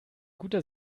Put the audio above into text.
guter